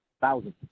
Thousands